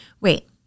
Wait